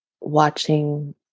watching